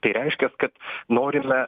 tai reiškias kad norime